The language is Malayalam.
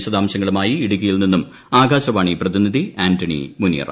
വിശദാംശങ്ങളുമായി ഇടുക്കിയിൽ നിന്നും ആകാശവാണി പ്രതിനിധി ആന്റണി മുനിയറ